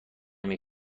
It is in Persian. مگه